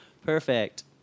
Perfect